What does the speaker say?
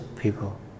people